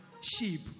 sheep